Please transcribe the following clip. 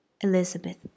Elizabeth